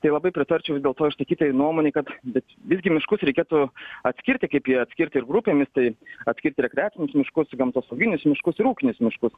tai labai pritarčiau vis dėlto išsakytai nuomonei kad bet visgi miškus reikėtų atskirti kaip jie atskirti ir grupėmis tai atskirti rekreacinius miškus gamtosauginius miškus ir ūkinius miškus